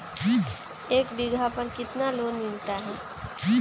एक बीघा पर कितना लोन मिलता है?